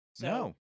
No